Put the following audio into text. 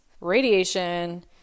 radiation